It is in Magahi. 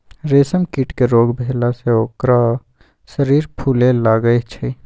रेशम कीट के रोग भेला से ओकर शरीर फुले लगैए छइ